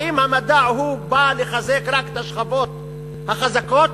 האם המדע בא לחזק רק את השכבות החזקות,